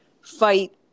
fight